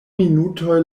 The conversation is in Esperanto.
minutoj